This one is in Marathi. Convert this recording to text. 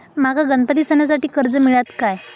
माका गणपती सणासाठी कर्ज मिळत काय?